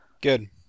Good